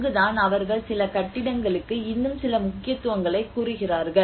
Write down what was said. அங்குதான் அவர்கள் சில கட்டிடங்களுக்கு இன்னும் சில முக்கியத்துவங்களைக் கூறுகிறார்கள்